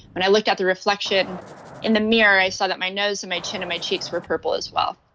when i looked at the reflection in the mirror, i saw that my nose and my chin and my cheeks were purple as well.